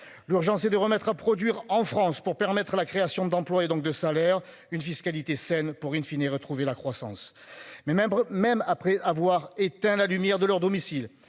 d'urgence et de remettre à produire en France pour permettre la création d'emplois et donc de salaire une fiscalité scène pour in fine et retrouver la croissance. Mais même, même après avoir éteint la lumière de leur domicile